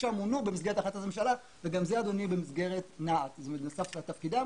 מונו 66 במסגרת החלטת הממשלה וגם זה אדוני בנוסף לתפקידם.